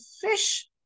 fish